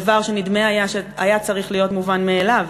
דבר שנדמה היה שהיה צריך להיות מובן מאליו,